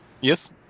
Yes